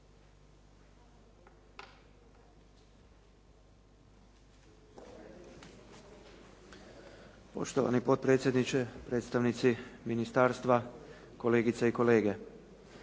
Poštovani potpredsjedniče, predstavnici ministarstva, kolegice i kolege.